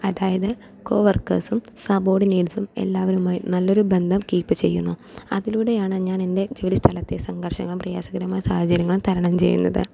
അതായത് കോ വർക്കേഴ്സും സബോഡിനേറ്റ്സും എല്ലാവരുമായി നല്ലൊരു ബന്ധം കീപ്പ് ചെയ്യുന്നു അതിലൂടെയാണ് ഞാൻ എൻ്റെ ജോലിസ്ഥലത്തെ സംഘർഷങ്ങളും പ്രയാസകരമായ സാഹചര്യങ്ങളും തരണം ചെയ്യുന്നത്